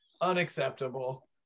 Unacceptable